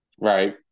Right